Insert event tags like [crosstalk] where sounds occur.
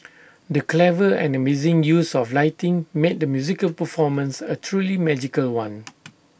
the clever and amazing use of lighting made the musical performance A truly magical one [noise]